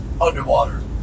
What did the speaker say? Underwater